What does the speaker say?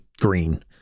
green